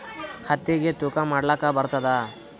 ಹತ್ತಿಗಿ ತೂಕಾ ಮಾಡಲಾಕ ಬರತ್ತಾದಾ?